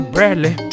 Bradley